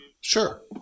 Sure